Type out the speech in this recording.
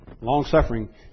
Long-suffering